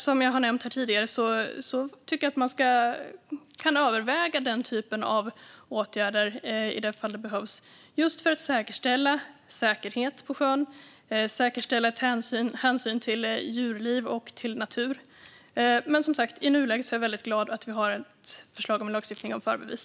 Som jag har nämnt tidigare tycker jag att man kan överväga den typen av åtgärder i de fall där de behövs. Det handlar om att säkerställa att det råder säkerhet på sjön och att ta hänsyn till djurliv och natur. I nuläget är jag glad att vi har ett förslag till lagstiftning om förarbevis.